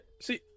see